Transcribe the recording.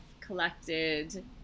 collected